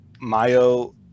mayo